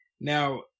Now